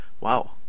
Wow